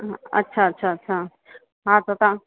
ह अच्छा अच्छा अच्छा हा त तव्हां